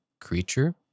creature